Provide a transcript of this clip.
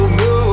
no